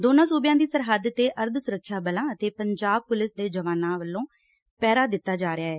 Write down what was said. ਦੋਵਾਂ ਸੂਬਿਆਂ ਦੀ ਸਰਹੱਦ ਤੇ ਅਰਧ ਸੁਰੱਖਿਆ ਬਲਾਂ ਅਤੇ ਪੰਜਾਬ ਪੁਲਿਸ ਦੇ ਜਵਾਨਾਂ ਵੱਲੋਂ ਪਹਿਰਾ ਦਿੱਤਾ ਜਾ ਰਿਹੈ